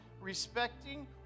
respecting